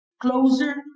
closer